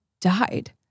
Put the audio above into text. died